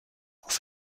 auf